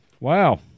Wow